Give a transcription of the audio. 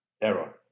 error